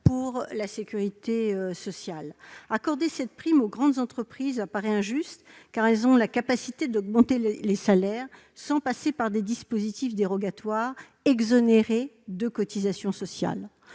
cotisations sociales. Accorder cette prime aux grandes entreprises apparaît injuste, car elles ont la capacité d'augmenter les salaires sans passer par des dispositifs dérogatoires exonérés de cotisations sociales.